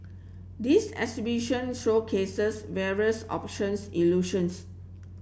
this exhibition showcases various options illusions